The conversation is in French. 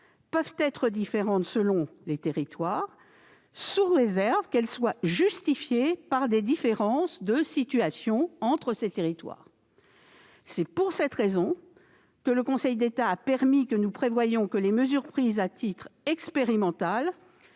peuvent être différentes selon les territoires, sous réserve qu'elles soient justifiées par des différences de situation entre ces territoires. C'est la raison pour laquelle le Conseil d'État a permis que nous prévoyions que les mesures prises à titre expérimental